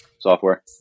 software